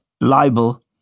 libel